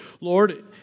Lord